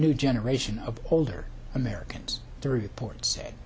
new generation of older americans the report